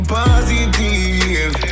positive